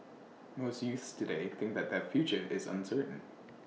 most youths today think that their future is uncertain